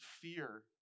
fear